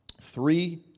Three